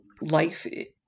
life